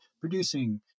producing